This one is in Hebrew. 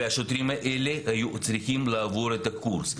והשוטרים האלה היו צריכים לעבור את הקורס.